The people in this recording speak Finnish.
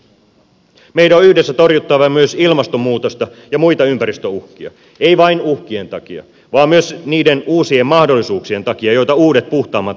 meidän on yhdessä torjuttava myös ilmastonmuutosta ja muita ympäristöuhkia ei vain uhkien takia vaan myös niiden uusien mahdollisuuksien takia joita uudet puhtaammat teknologiat tarjoavat